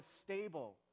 stable